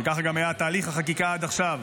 וכך גם היה תהליך החקיקה עד עכשיו,